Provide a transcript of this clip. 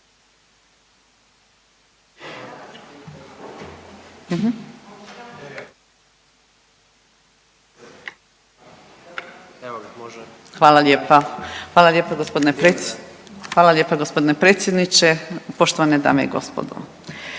Hvala lijepo predsjedniče HS, poštovane dame i gospodo